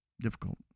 difficult